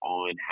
on